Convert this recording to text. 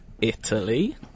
Italy